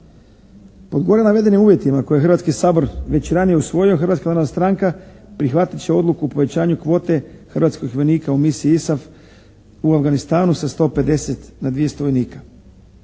Pod gore navedenim uvjetima koje je Hrvatski sabor već ranije usvojio, Hrvatska narodna stranka prihvatit će Odluku o povećanju kvote hrvatskih vojnika u Misiji ISAF u Afganistanu sa 150 na 200 vojnika.